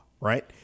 Right